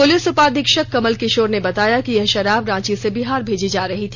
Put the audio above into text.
police उपाधीक्षक कमल किशोर ने बताया कि यह शराब रांची से बिहार भेजा जा रहा था